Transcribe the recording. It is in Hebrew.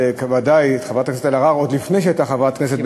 בוודאי את חברת הכנסת אלהרר עוד לפני שהייתה חברת כנסת,